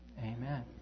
Amen